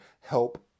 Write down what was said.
help